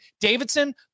Davidson